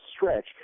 stretch –